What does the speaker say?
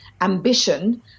ambition